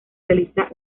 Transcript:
realizará